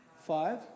five